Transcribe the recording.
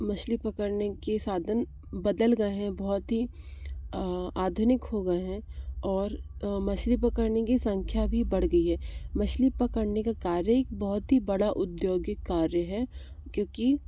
मछली पकड़ने के साधन बदल गए हैं बहुत ही आधुनिक हो गए हैं और मछली पकड़ने की संख्या भी बढ़ गई है मछली पकड़ने कार्य एक बहुत ही बड़ा उद्योगिक कार्य है क्योंकि